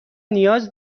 نیاز